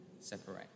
separate